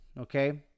Okay